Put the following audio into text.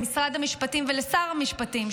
למשרד המשפטים ולשר המשפטים,